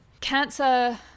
Cancer